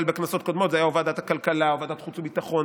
אבל בכנסות קודמות זה היה או ועדת הכלכלה או ועדת חוץ וביטחון,